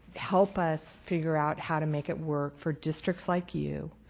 help us figure out how to make it work for districts like you